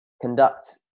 conduct